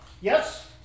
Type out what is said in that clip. Yes